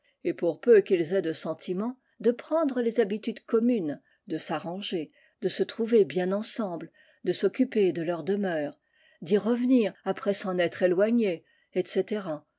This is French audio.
et pour peu qu'ils aient de sentiment de prendre les habitudes communes de s'arranger de se trouver bien ensemble de s'occuper de leur demeure d'y revenir après s'en être élojijpiés etc